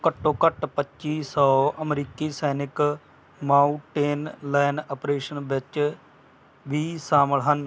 ਘੱਟੋ ਘੱਟ ਪੱਚੀ ਸੌ ਅਮਰੀਕੀ ਸੈਨਿਕ ਮਾਉਂਟੇਨ ਲਾਇਨ ਅਪਰੇਸ਼ਨ ਵਿੱਚ ਵੀ ਸ਼ਾਮਲ ਹਨ